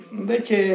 invece